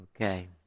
Okay